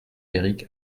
éric